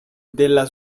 della